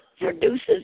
produces